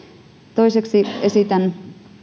toiseksi esitän